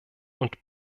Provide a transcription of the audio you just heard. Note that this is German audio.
und